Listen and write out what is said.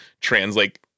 translate